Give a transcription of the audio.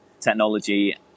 technology